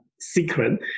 secret